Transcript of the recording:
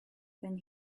then